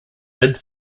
bid